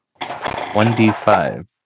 1d5